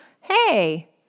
Hey